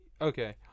okay